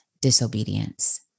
disobedience